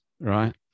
right